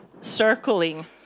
circling